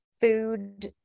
food